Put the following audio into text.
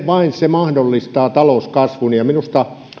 vain se mahdollistaa talouskasvun ja